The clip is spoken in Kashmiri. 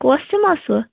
کۄس سِم ٲسوٕ